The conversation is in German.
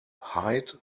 hyde